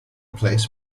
place